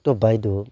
তো বাইদেউ